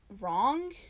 wrong